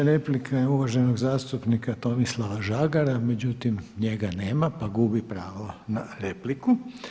Sljedeća replika je uvaženog zastupnika Tomislava Žagara, međutim njega nema pa gubi pravo na repliku.